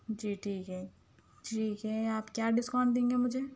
جی ٹھیک ہے ٹھیک ہے آپ کیا ڈِسکاؤنٹ دیں گے مجھے